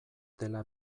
dela